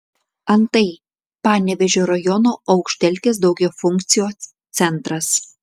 antai panevėžio rajono aukštelkės daugiafunkcio centras